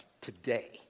today